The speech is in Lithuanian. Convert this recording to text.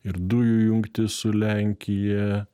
ir dujų jungtis su lenkija